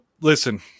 listen